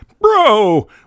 Bro